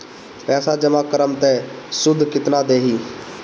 पैसा जमा करम त शुध कितना देही?